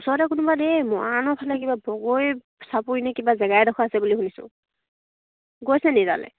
ওচৰতে কোনোবা দেই মৰাণৰ ফালে কিবা বগৰী চাপৰিনে কিবা জেগা এডোখৰ আছে বুলি শুনিছোঁ গৈছেনি তালৈ